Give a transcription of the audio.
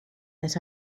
that